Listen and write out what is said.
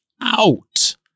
out